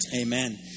Amen